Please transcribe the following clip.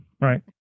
Right